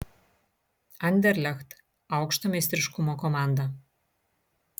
anderlecht aukšto meistriškumo komanda